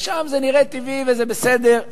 ושם זה נראה טבעי וזה בסדר.